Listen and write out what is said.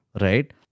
Right